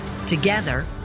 Together